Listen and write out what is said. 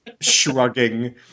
Shrugging